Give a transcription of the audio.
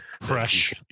Fresh